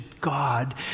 God